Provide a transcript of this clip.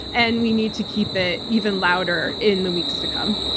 and we need to keep it even louder in the weeks to come.